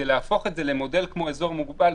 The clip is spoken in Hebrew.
כדי להפוך את זה למודל כמו אזור מוגבל,